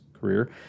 career